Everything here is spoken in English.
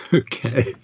Okay